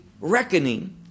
reckoning